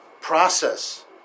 process